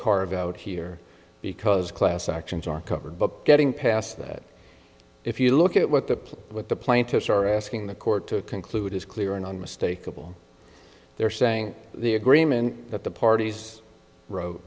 carve out here because class actions are covered but getting past that if you look at what the play with the plaintiffs are asking the court to conclude is clear and unmistakable they're saying the agreement that the parties wrote